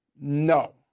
No